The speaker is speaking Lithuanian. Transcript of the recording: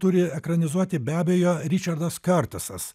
turi ekranizuoti be abejo ričardas kartasas